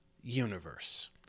universe